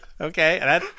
Okay